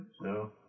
No